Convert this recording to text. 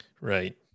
right